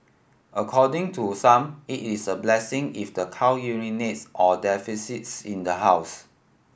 according to some it is a blessing if the cow urinates or defecates in the house